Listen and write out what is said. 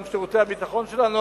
גם שירותי הביטחון שלנו,